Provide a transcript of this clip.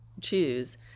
choose